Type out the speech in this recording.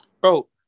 Bro